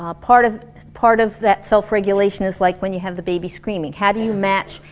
ah part of part of that self-regulation is like when you have the baby screaming, how do you match,